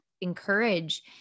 encourage